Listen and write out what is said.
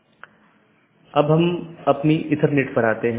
तो 16 बिट के साथ कई ऑटोनॉमस हो सकते हैं